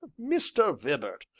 mr. vibart,